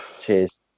Cheers